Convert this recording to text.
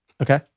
Okay